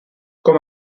com